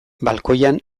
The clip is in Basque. balkoian